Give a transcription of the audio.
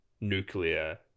nuclear